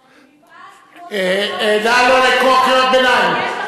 אני, מפאת כבוד, נא לא לקרוא קריאות ביניים.